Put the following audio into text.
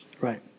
Right